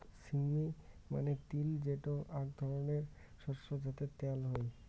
sesame মানে তিল যেটো আক ধরণের শস্য যাতে ত্যাল হই